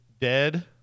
dead